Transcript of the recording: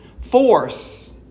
force